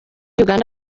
uganda